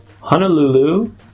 Honolulu